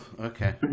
okay